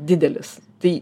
didelis tai